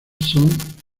son